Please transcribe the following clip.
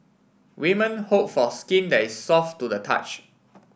women hope for skin that is soft to the touch